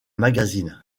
magazine